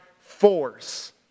force